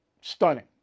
stunning